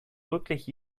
wirklich